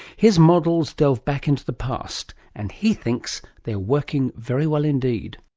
his models delve back into the past, and he thinks they're working very well indeed.